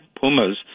Pumas